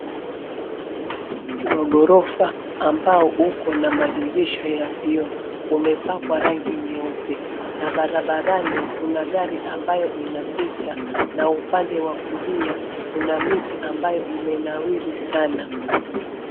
Msikiti wa ghorofa ambao uko na madirisha ya vioo, umepakwa rangi nyeupe na barabarani kuna gari ambayo inapita, na upande wa kulia kuna miti ambayo imenawiri sana.